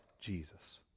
Jesus